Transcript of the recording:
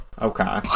Okay